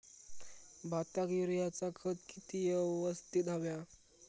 भाताक युरियाचा खत किती यवस्तित हव्या?